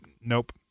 nope